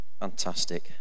Fantastic